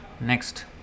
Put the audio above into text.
Next